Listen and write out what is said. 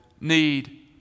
need